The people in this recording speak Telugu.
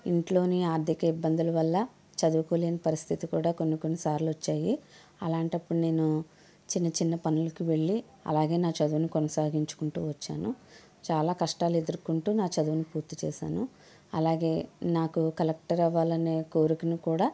ఇంట్లోని ఆర్థిక ఇబ్బందుల వల్ల చదువుకోలేని పరిస్థితి కూడ కొన్ని కొన్ని సార్లు వచ్చాయి అలాంటప్పుడు నేను చిన్న చిన్న పనులుకి వెళ్ళి అలాగే నా చదువుని కొనసాగించుకుంటూ వచ్చాను చాలా కష్టాలెదుర్కుంటూ నా చదువుని పూర్తి చేశాను అలాగే నాకు కలెక్టర్ అవ్వాలనే కోరికను కూడా